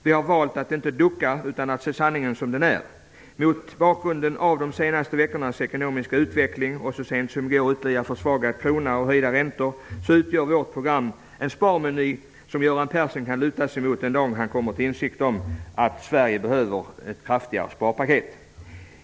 Vi har valt att inte ducka utan att se sanningen såsom den är. Mot bakgrund av de senaste veckornas ekonomiska utveckling - den så sent som igår ytterligare försvagade kronan och de höjda räntorna - utgör vårt program en sparmeny som Göran Persson kan luta sig mot den dagen han kommer till insikt om att Sverige behöver ett kraftigt sparpaket.